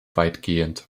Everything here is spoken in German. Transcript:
weitgehend